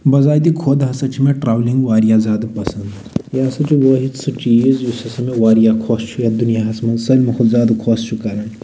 بَزاتہِ خۄد ہسا چھُ مےٚ ٹرٮ۪ولِنگ واریاہ زیادٕ پَسند یہِ سا چھُ وٲحد سُہ چیٖز یُس ہسا مےٚ واریاہ خۄش چھُ یَتھ دُنیاہَس منٛز ساروی کھۄتہٕ خۄش چھُ کران